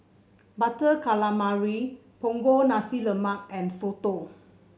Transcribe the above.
Butter Calamari Punggol Nasi Lemak and soto